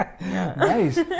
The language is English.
Nice